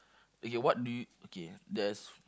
okay what do you okay there's